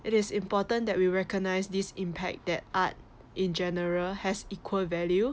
it is important that we recognise this impact that art in general has equal value